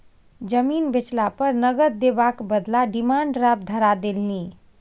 जमीन बेचला पर नगद देबाक बदला डिमांड ड्राफ्ट धरा देलनि